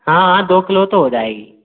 हाँ हाँ दो किलो तो हो जाएगी